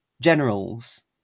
generals